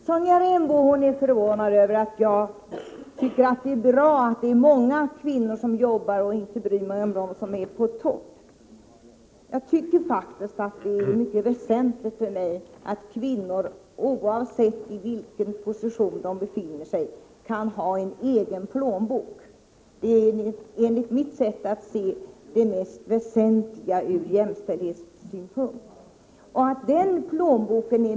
Sonja Rembo är förvånad över att jag tycker att det är bra att det är många kvinnor som arbetar och att jag inte bryr mig om dem som är på topp. För mig är det mycket väsentligt att kvinnor, oavsett vilken position de befinner sig i, kan ha en egen plånbok. Det är enligt mitt sätt att se det väsentligaste från jämställdhetssynpunkt.